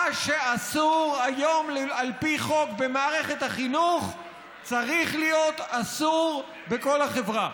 מה שאסור היום על פי חוק במערכת החינוך צריך להיות אסור בכל החברה.